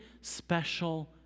special